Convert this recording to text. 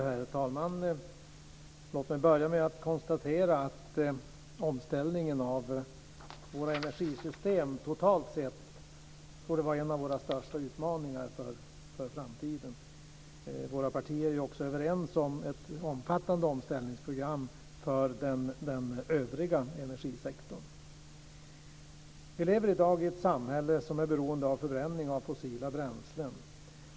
Herr talman! Låt mig börja med att konstatera att omställningen av våra energisystem totalt sett torde vara en av våra största utmaningar för framtiden. Våra partier är också överens om ett omfattande omställningsprogram för den övriga energisektorn. Vi lever i dag i ett samhälle som är beroende av förbränning av fossila bränslen.